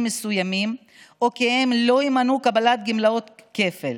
מסוימים או כי הם לא ימנעו קבלת גמלאות כפל.